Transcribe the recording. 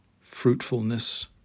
fruitfulness